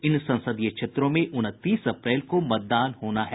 इन संसदीय क्षेत्रों में उनतीस अप्रैल को मतदान होना है